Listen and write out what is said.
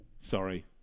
Sorry